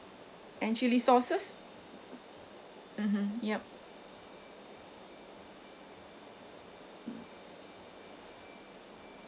and chilli sauces mmhmm yup